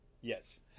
Yes